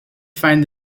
find